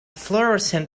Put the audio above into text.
florescent